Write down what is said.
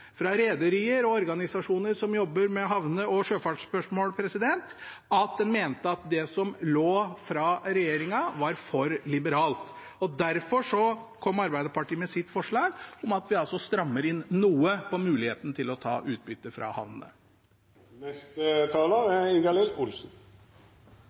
fra mange interesseorganisasjoner, rederier og organisasjoner som jobber med havne- og sjøfartsspørsmål, på at de mente at det som lå fra regjeringen, var for liberalt. Derfor kom Arbeiderpartiet med sitt forslag om å stramme inn noe på muligheten til å ta utbytte fra havnene.